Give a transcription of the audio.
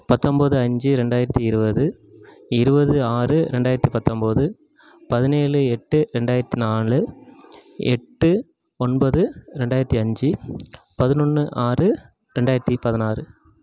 பத்தொன்போது அஞ்சு ரெண்டாயிரத்தி இருவது இருபது ஆறு ரெண்டாயிரத்தி பத்தன்போது பதினேழு எட்டு ரெண்டாயிரத்தி நாலு எட்டு ஒன்பது ரெண்டாயிரத்தி அஞ்சு பதுனொன்று ஆறு ரெண்டாயிரத்தி பதினாறு